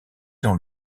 dans